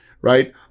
right